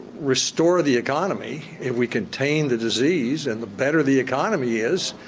restore the economy if we contain the disease. and the better the economy is,